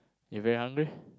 you very hungry